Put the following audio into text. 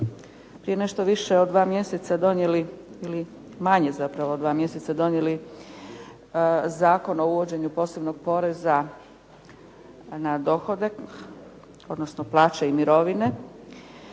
prije nešto više od dva mjeseca donijeli ili manje zapravo od dva mjeseca donijeli Zakon o uvođenju posebnog poreza na dohodak, odnosno plaće i mirovine